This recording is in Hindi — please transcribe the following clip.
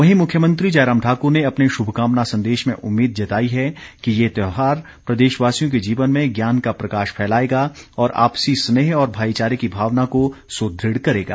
वहीं मुख्यमंत्री जयराम ठाकुर ने अपने शुभकामना संदेश में उम्मीद जताई है कि ये त्योहार प्रदेशवासियों के जीवन में ज्ञान का प्रकाश फैलाएगा और आपसी स्नेह और भाईचारे की भावना को सुदृढ़ करेगा